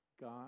God